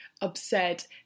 upset